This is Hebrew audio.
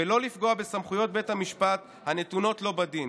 ולא לפגוע בסמכויות בית המשפט הנתונות לו בדין,